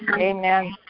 Amen